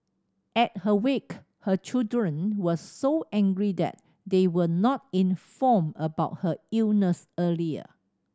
at her wake her children were so angry that they were not informed about her illness earlier